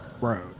road